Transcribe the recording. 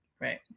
Right